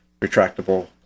retractable